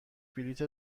بلیت